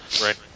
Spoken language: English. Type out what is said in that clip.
Right